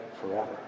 forever